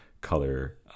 color